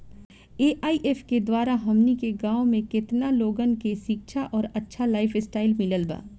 AIF के द्वारा हमनी के गांव में केतना लोगन के शिक्षा और अच्छा लाइफस्टाइल मिलल बा